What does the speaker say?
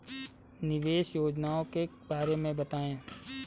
निवेश योजनाओं के बारे में बताएँ?